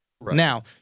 Now